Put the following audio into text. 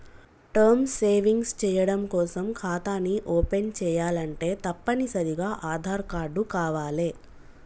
term savings చెయ్యడం కోసం ఖాతాని ఓపెన్ చేయాలంటే తప్పనిసరిగా ఆదార్ కార్డు కావాలే